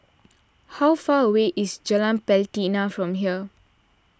how far away is Jalan Pelatina from here